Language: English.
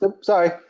Sorry